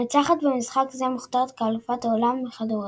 המנצחת במשחק זה מוכתרת כאלופת העולם בכדורגל.